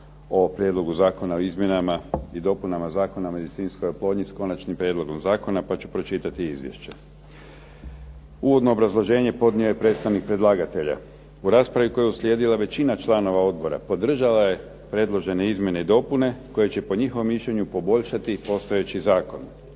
o Prijedlogu Zakona o izmjenama i dopunama Zakona o medicinskoj oplodnji s konačnim prijedlogom zakona, pa ću pročitati izvješće. Uvodno obrazloženje podnio je predstavnik predlagatelja. U raspravi koja je uslijedila većina članova odbora podržala je predložene izmjene i dopune, koje će po njihovom mišljenju poboljšati postojeći zakon.